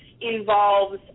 involves